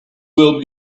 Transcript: will